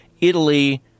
Italy